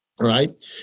Right